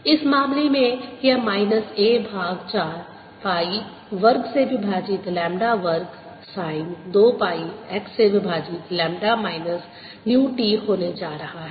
इस मामले में यह माइनस A भाग 4 पाई वर्ग से विभाजित लैम्ब्डा वर्ग साइन 2 पाई x से विभाजित लैम्ब्डा माइनस न्यू t होने जा रहा है